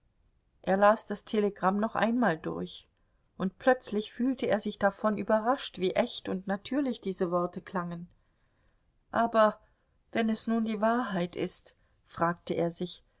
er las das telegramm noch einmal durch und plötzlich fühlte er sich davon überrascht wie echt und natürlich diese worte klangen aber wenn es nun die wahrheit ist fragte er sich